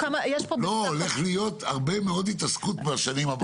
הולך להיות הרבה מאוד התעסקות בשנים הבאות.